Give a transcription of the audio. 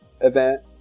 event